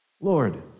Lord